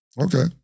Okay